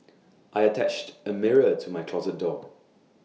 I attached A mirror to my closet door